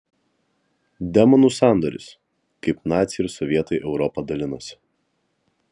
demonų sandoris kaip naciai ir sovietai europą dalinosi